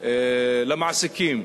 למעסיקים